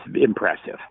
impressive